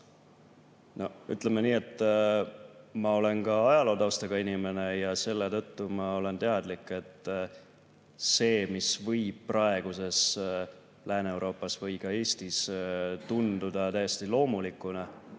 ma olen ajalootaustaga inimene ja selle tõttu ma olen teadlik, et see, mis võib praeguses Lääne-Euroopas või ka Eestis tunduda täiesti loomulikuna,